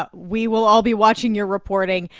ah we will all be watching your reporting.